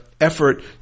effort